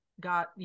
got